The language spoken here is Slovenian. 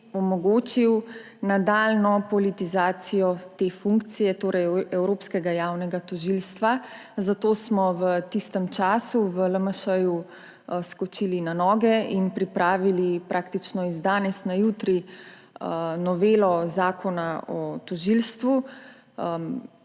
omogočil nadaljnjo politizacijo te funkcije, torej evropskega javnega tožilstva. Zato smo v tistem času v LMŠ skočili na noge in pripravili praktično z danes na jutri novelo zakona o tožilstvu